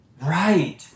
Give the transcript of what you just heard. right